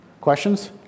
Questions